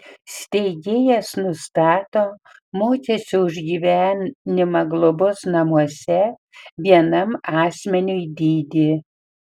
steigėjas nustato mokesčio už gyvenimą globos namuose vienam asmeniui dydį